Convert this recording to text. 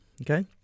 okay